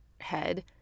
head